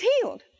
healed